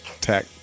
tech